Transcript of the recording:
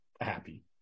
happy